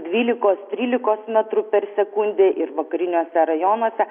dvylikos trylikos metrų per sekundę vakariniuose rajonuose